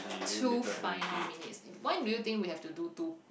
two final minutes why do you think we have to do two